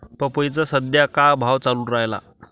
पपईचा सद्या का भाव चालून रायला?